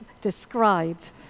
described